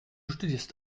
studierst